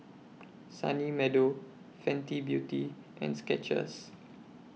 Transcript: Sunny Meadow Fenty Beauty and Skechers